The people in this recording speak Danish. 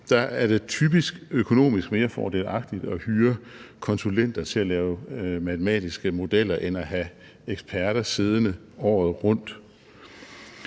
der er det typisk økonomisk mere fordelagtigt at hyre konsulenter til at lave matematiske modeller end at have eksperter siddende året rundt.